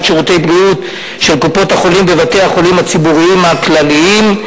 שירותי בריאות של קופות-החולים בבתי-החולים הציבוריים הכלליים.